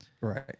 right